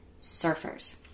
surfers